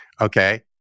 okay